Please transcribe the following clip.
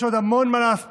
יש עוד המון מה להספיק,